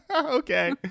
Okay